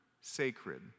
sacred